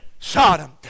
Sodom